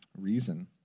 reason